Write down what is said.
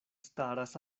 staras